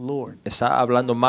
Lord